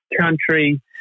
country